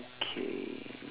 okay